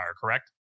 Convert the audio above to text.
correct